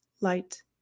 light